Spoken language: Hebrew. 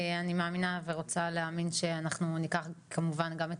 אני מאמינה ורוצה להאמין שאנחנו ניקח כמובן גם את